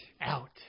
out